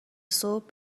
صبح